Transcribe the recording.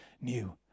new